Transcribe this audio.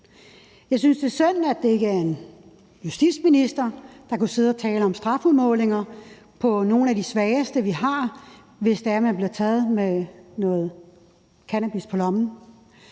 Jeg synes, det er synd, at det ikke er en justitsminister, der kunne sidde og tale om strafudmålinger for nogle af de svageste, vi har, hvis det er, at de bliver taget med cannabis på lommen.